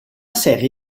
serie